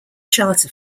charter